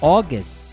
August